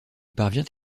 parvient